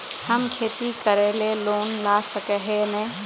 हम खेती करे ले लोन ला सके है नय?